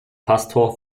pastor